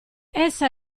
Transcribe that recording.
essa